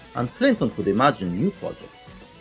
and clinton could imagine new projects.